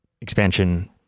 expansion